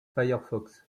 firefox